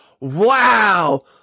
wow